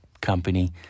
company